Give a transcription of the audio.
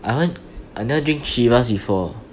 I want I never drink Chivas before